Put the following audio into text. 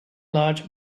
large